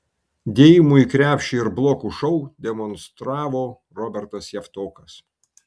dėjimų į krepšį ir blokų šou demonstravo robertas javtokas